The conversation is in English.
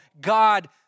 God